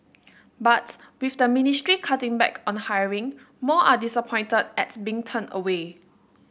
but with the ministry cutting back on hiring more are disappointed at being turned away